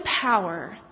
power